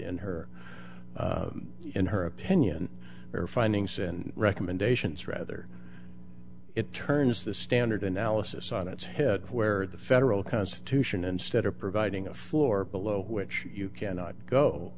in her in her opinion their findings and recommendations rather it turns the standard analysis on its head where the federal constitution instead of providing a floor below which you cannot go